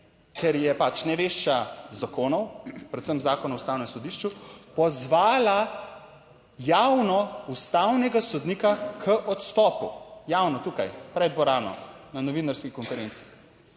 ker je pač nevešča zakonov, predvsem zakon o Ustavnem sodišču, pozvala javno ustavnega sodnika k odstopu, javno tukaj pred dvorano na novinarski konferenci.